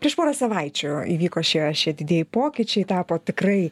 prieš porą savaičių įvyko šie šie didieji pokyčiai tapo tikrai